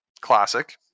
classic